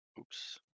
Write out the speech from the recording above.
oops